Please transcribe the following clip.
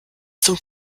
zum